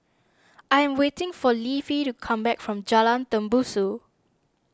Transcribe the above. I am waiting for Leafy to come back from Jalan Tembusu